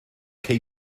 cei